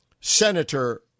Senator